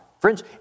Friends